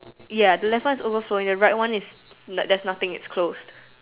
ya the left one is overflowing the right one is like there's nothing it's closed